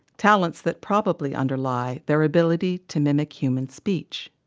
talents that probably underlie their ability to mimic human speech.